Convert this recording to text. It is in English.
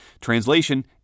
Translation